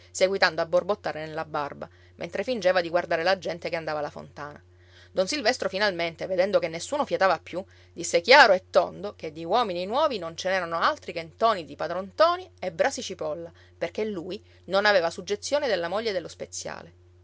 seguitando a borbottare nella barba mentre fingeva di guardare la gente che andava alla fontana don silvestro finalmente vedendo che nessuno fiatava più disse chiaro e tondo che di uomini nuovi non c'erano altri che ntoni di padron ntoni e brasi cipolla perché lui non aveva suggezione della moglie dello speziale